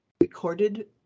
recorded